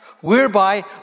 whereby